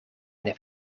heeft